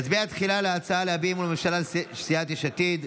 נצביע תחילה על ההצעה להביע אי-אמון בממשלה של סיעת יש עתיד.